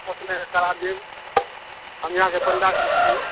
अपनेके करा देब हम यहाँके पण्डा भी छी